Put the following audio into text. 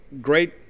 great